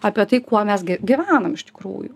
apie tai kuo mes gi gyvenam iš tikrųjų